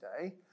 today